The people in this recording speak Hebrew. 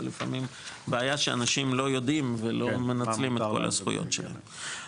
לפעמים בעיה שאנשים לא יודעים ולא מנצלים את כל הזכויות שלהם.